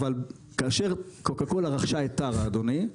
אבל כאשר קוקה קולה רכשה את טרה אדוני,